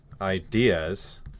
ideas